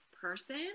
person